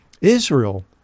Israel